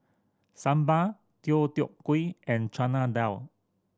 Sambar Deodeok Gui and Chana Dal